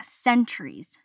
centuries